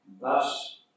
Thus